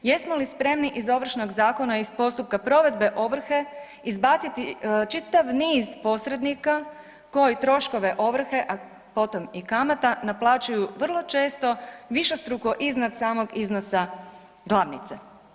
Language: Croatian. Jesmo li spremni iz Ovršnog zakona iz postupka provedbe ovrhe izbaciti čitav niz posrednika koji troškove ovrhe, a potom i kamata naplaćuju vrlo često višestruko iznad samog iznosa glavnice?